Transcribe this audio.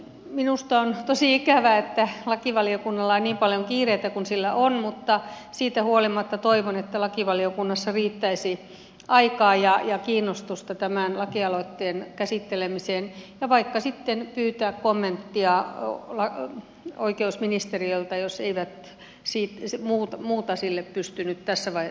minusta on tosi ikävää että lakivaliokunnalla on niin paljon kiireitä kuin sillä on mutta siitä huolimatta toivon että lakivaliokunnassa riittäisi aikaa ja kiinnostusta tämän lakialoitteen käsittelemiseen ja vaikka sitten kommentin pyytämiseen oikeusministeriöltä jos eivät muuta sille pysty nyt tässä vain